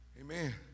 Amen